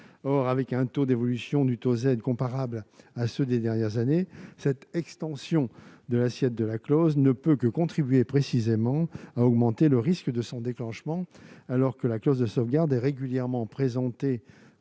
Or, avec un taux d'évolution du taux Z comparable à ceux des dernières années, cette extension de l'assiette de la clause ne peut que contribuer, précisément, à augmenter le risque de son déclenchement, alors que la clause de sauvegarde est régulièrement présentée,